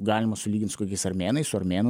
galima sulygint su kokiais armėnais su armėnų